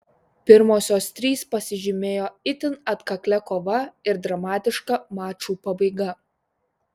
pirmosios trys pasižymėjo itin atkaklia kova ir dramatiška mačų pabaiga